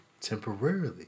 temporarily